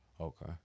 Okay